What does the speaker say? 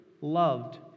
loved